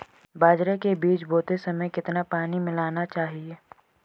बाजरे के बीज बोते समय कितना पानी मिलाना चाहिए?